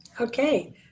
Okay